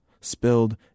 spilled